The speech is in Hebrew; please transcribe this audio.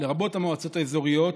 לרבות המועצות האזוריות,